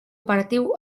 operatiu